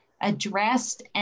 addressed